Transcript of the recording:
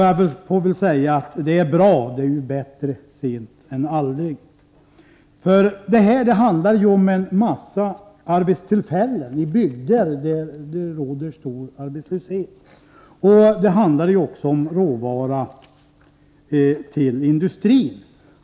Jag får väl säga att det är bra — bättre sent än aldrig. Det handlar ju här om en massa arbetstillfällen i bygder där det råder stor arbetslöshet, och det handlar också om råvara till industrin.